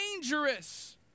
dangerous